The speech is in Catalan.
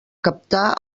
captar